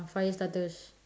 fire starters